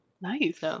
Nice